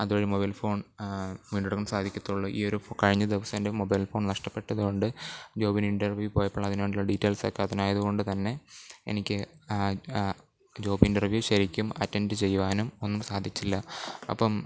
അതുവഴി mobile phone വീണ്ടെടുക്കാൻ സാധിക്കത്തുള്ളു ഈ ഒരു കഴിഞ്ഞ ദിവസം എൻ്റെ മൊബൈൽ ഫോൺ നഷ്ടപ്പെട്ടത് കൊണ്ട് ജോബിന് ഇൻ്റർവ്യൂ പോയപ്പോൾ അതിന് വേണ്ടിയുള്ള ഡീറ്റെയിൽസൊക്കെ അതിനായതുകൊണ്ട് തന്നെ എനിക്ക് ജോബ് ഇൻ്റർവ്യൂ ശരിക്കും അറ്റൻഡ് ചെയ്യുവാനും ഒന്നും സാധിച്ചില്ല അപ്പോള്